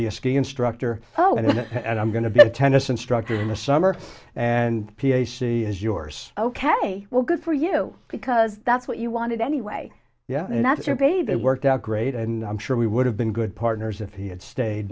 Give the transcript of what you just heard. be a ski instructor oh i'm going to be a tennis instructor in the summer and p a c is yours ok well good for you because that's what you wanted anyway yeah and that's your baby it worked out great and i'm sure we would have been good partners if he had stayed